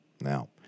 Now